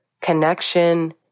connection